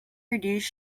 reduce